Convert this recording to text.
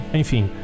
enfim